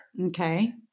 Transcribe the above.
Okay